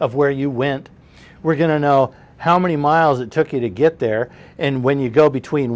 of where you went we're going to know how many miles it took you to get there and when you go between